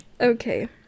Okay